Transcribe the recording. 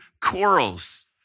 corals